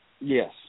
Yes